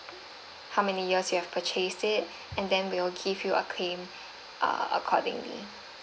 how many years you have purchase it and then we will give you a claim uh accordingly